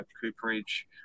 Cooperage